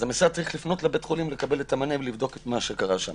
אז למעשה צריך לפנות לבית החולים לקבל את המענה ולבדוק את מה שקרה שם,